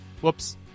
Whoops